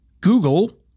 Google